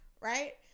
right